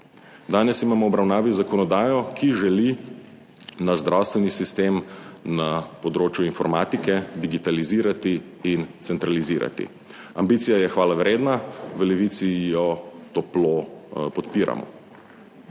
Danes imamo v obravnavi zakonodajo, ki želi naš zdravstveni sistem na področju informatike digitalizirati in centralizirati. Ambicija je hvalevredna, v Levici jo toplo podpiramo.